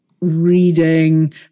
reading